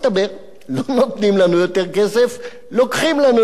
לא נותנים לנו יותר כסף, לוקחים לנו יותר כסף.